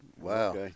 Wow